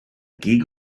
gig